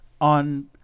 on